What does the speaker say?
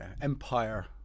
empire